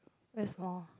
there's more